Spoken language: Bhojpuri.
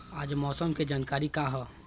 आज मौसम के जानकारी का ह?